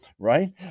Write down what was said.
right